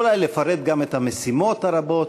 אולי גם לפרט את המשימות הרבות